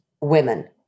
women